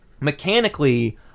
Mechanically